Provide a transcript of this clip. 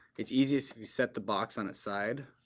it's easiest if you set the box on its side,